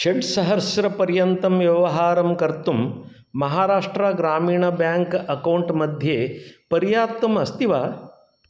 षट् सहस्र पर्यन्तं व्यवहारं कर्तुं महाराष्ट्रा ग्रामीण बेङ्क अकौण्ट् मध्ये पर्याप्तम् अस्ति वा